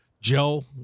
Joe